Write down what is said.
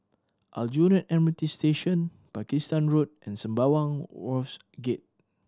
Aljunied M R T Station Pakistan Road and Sembawang Wharves Gate